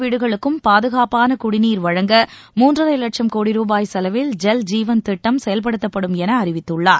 வீடுகளுக்கும் பாதுகாப்பான குடிநீர் வழங்க மூன்றரை லட்சம் கோடி ரூபாய் செலவில் ஐல் ஜீவன் திட்டம் செயல்படுத்தப்படும் என அறிவித்துள்ளார்